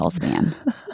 man